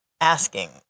Asking